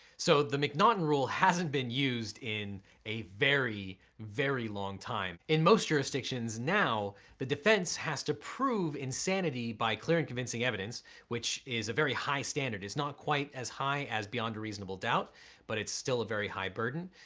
so the m'naughten rule hasn't been used in a very very long time. in most jurisdictions now, the defense has to prove insanity by clear and convincing evidence which is a very high standard. its not quite as high as beyond a reasonable doubt but its still a very high burden.